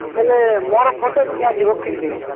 ହେଲେ ମୋର ଫଟୋ ବି ନିଆଯିବ କେମିତି